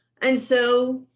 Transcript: and so